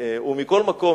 מכל מקום,